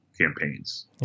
campaigns